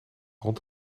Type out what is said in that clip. rond